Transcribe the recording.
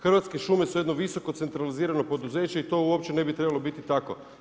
Hrvatske šume su jedno visoko centralizirano poduzeće i to uopće ne bi trebalo biti tako.